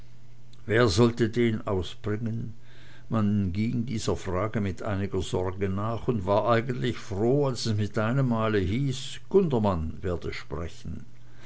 wer sollte den ausbringen man hing dieser frage mit einiger sorge nach und war eigentlich froh als es mit einem male hieß gundermann werde sprechen